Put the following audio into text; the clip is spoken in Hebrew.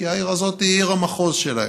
כי העיר הזאת היא עיר המחוז שלהם.